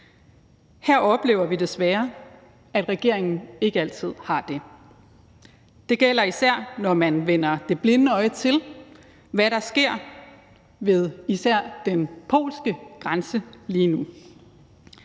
Her oplever vi desværre, at regeringen ikke altid har det. Det gælder især, når man vender det blinde øje til, hvad der sker ved især den polske grænse lige nu.